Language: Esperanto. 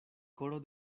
koro